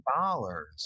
dollars